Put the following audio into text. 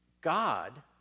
God